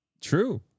True